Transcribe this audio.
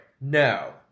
No